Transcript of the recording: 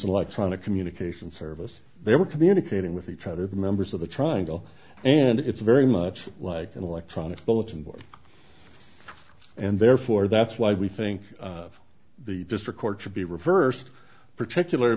electronic communication service they are communicating with each other the members of the triangle and it's very much like an electronic bulletin board and therefore that's why we think of the district court to be reversed particular